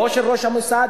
לא של ראש המוסד,